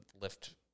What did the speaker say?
lift